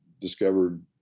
discovered